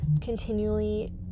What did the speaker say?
continually